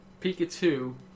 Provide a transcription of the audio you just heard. Pikachu